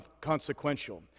consequential